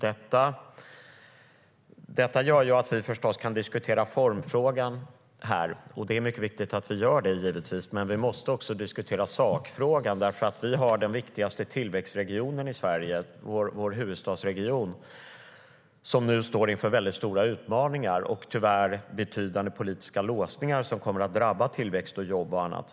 Detta gör att vi förstås kan diskutera formfrågan här, och det är givetvis mycket viktigt att vi gör det. Vi måste dock även diskutera sakfrågan. Vår huvudstadsregion, som är den viktigaste tillväxtregionen i Sverige, står nämligen inför stora utmaningar och tyvärr betydande politiska låsningar som kommer att drabba tillväxt, jobb och annat.